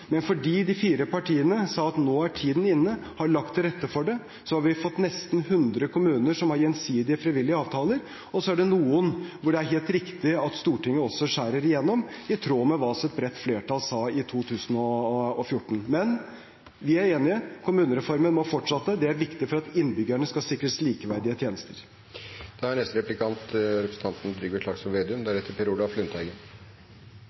Men fordi de fire partiene sa at nå er tiden inne, og har lagt til rette for det, har vi fått nesten 100 kommuner som har gjensidig frivillige avtaler. Så er det noen steder hvor det er helt riktig at Stortinget skjærer igjennom, i tråd med det et bredt flertall sa i 2014. Men vi er enige, kommunereformen må fortsette – det er viktig for at innbyggerne skal kunne sikres likeverdige tjenester.